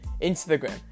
Instagram